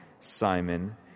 Simon